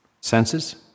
senses